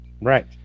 Right